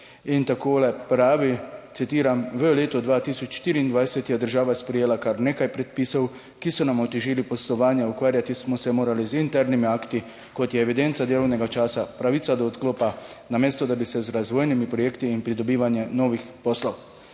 In takole pravi, citiram: "V letu 2024 je država sprejela kar nekaj predpisov, ki so nam otežili poslovanje. Ukvarjati smo se morali z internimi akti, kot je evidenca delovnega časa, pravica do odklopa, namesto da bi se z razvojnimi projekti in pridobivanje novih poslov."